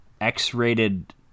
X-rated